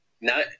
No